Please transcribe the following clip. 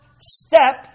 step